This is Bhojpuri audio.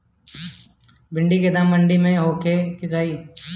भिन्डी के दाम मंडी मे का होखे के चाही?